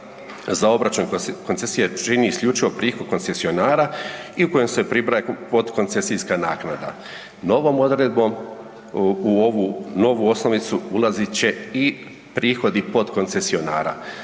za obračun koncesije čini isključivo prihod koncesionara i u kojem se pribraja potkoncesijska naknada. Novom odredbom u ovu novu osnovicu ulazit će i prihodi potkoncesionara.